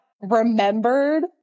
remembered